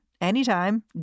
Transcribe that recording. anytime